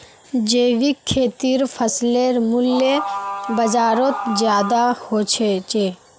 जैविक खेतीर फसलेर मूल्य बजारोत ज्यादा होचे